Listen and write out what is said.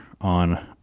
on